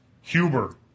Huber